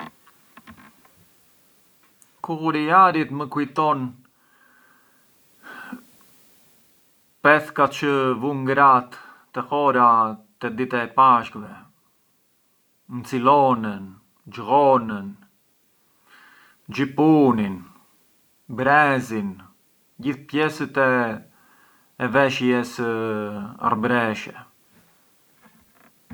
Mua ngë më përqen ndutu la ginnastica, kur ë çë e bunj e bunj vetëm brënda, përçë sti contesti e sti ambienti ngë më përqejën ata vende te ku ven e fularen gjithë të shterët, më duket un ambienti tossicu, inveci brënda makari bunj qualche eserciziettu, ndo shurbes e vogël e jam belu tranquillu, mënd bunj sa dua e ngë kam sy ngrah e jam bellu tranquillu.